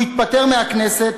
הוא התפטר מהכנסת,